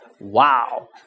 wow